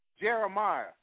jeremiah